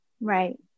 Right